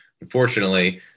Unfortunately